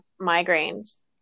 migraines